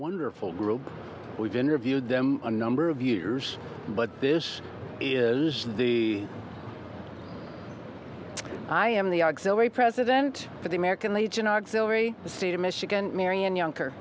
wonderful group we've interviewed them a number of years but this is the i am the auxiliary president for the american legion auxiliary the state of michigan marian younker